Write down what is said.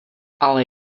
ale